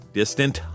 distant